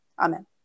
Amen